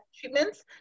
treatments